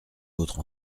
autres